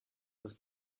muss